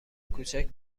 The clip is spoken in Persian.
کوچک